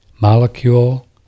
molecule